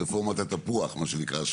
רפורמת התפוח מה שנקרא.